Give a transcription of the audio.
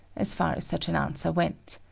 as far as such an answer went.